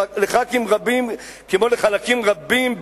לחברי כנסת רבים,